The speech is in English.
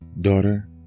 daughter